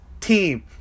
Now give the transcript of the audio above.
team